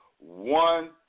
One